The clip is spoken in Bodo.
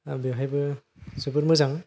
आरो बेवहायबो जोबोर मोजां